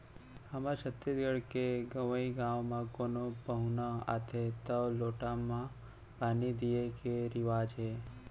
हमर छत्तीसगढ़ के गँवइ गाँव म कोनो पहुना आथें तौ लोटा म पानी दिये के रिवाज हे